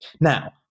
Now